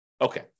Okay